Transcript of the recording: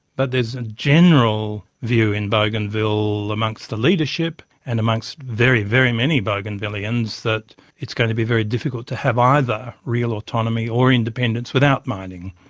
but there is a general view in bougainville amongst the leadership and amongst very, very many bougainvilleans that it's going to be very difficult to have either real autonomy or independence without mining.